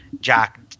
Jack